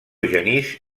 genís